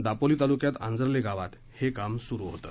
दापोली तालुक्यात आंजर्ले गावात हे काम सुरू होतं